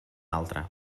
altre